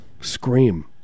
Scream